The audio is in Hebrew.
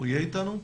יהיה איתנו?